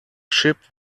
ship